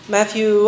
Matthew